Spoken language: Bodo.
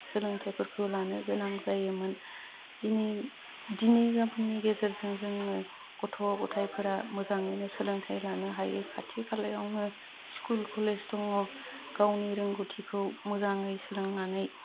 सोलोंथाइफोरखौ लानोगोनां जायोमोन दिनै दिनै गाबोननि गेजेरजों जोङो गथ' गथायफोरा मोजाङैनो सोलोंथाइ लानो हायो खाथि खालायावनो स्कुल कलेज दङ गावनि रोंगौथिखौ मोजाङै सोलोंनानै